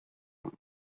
خوبم